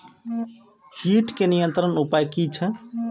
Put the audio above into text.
कीटके नियंत्रण उपाय कि छै?